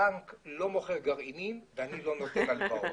הבנק לא מוכר גרעינים, ואני לא נותן הלוואות.